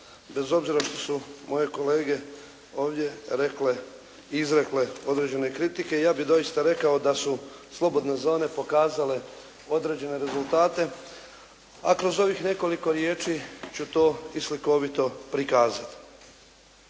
bez obzira što su moje kolege ovdje rekle i izrekle određene krstitke, ja bih doista rekao da su slobodne zone pokazale određene rezultate, a kroz ovih nekoliko riječi ću to i slikovito prikazati.